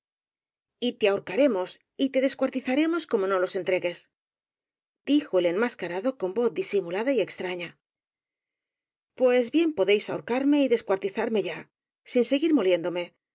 ahorquen y te ahorcaremos y te descuartizaremos como no los entregues dijo el enmascarado con voz disimulada y extraña pues bien podéis ahorcarme y descuartizarme ya sin seguir moliéndome